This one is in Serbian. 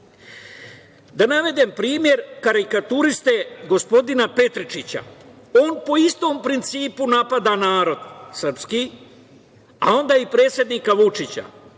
navedem primer karikaturiste gospodina Petričića. On po istom principu napada narod srpski, a onda i predsednika Vučića.